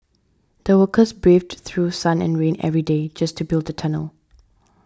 the workers braved through sun and rain every day just to build the tunnel